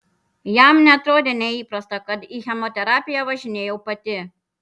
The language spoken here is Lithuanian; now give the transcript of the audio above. jam neatrodė neįprasta kad į chemoterapiją važinėjau pati